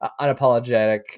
unapologetic